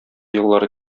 еллары